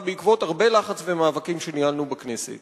בעקבות הרבה לחץ ומאבקים שניהלנו בכנסת